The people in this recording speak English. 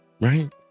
Right